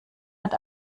hat